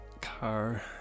car